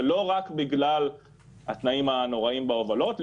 ולא רק בגלל התנאים הנוראיים בהובלות.